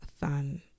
fun